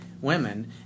women